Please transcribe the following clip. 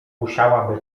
musiała